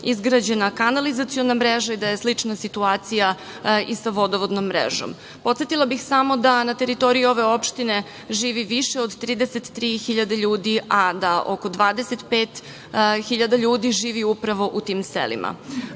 izgrađena kanalizaciona mreža i da je slična situacija i sa vodovodnom mrežom. Podsetila bih samo da na teritoriji ove opštine živi više od 33.000 ljudi, a da oko 25.000 ljudi živi upravo u tim selima.Zašto